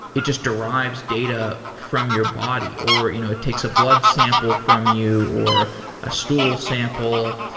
it just derives data from your body, or you know it takes a blood sample from you, or a stool sample.